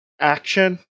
action